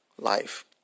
Life